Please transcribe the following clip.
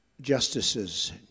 justices